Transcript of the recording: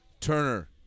Turner